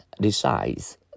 decides